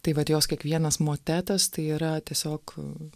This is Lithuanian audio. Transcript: tai vat jos kiekvienas motetas tai yra tiesiog